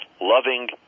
Loving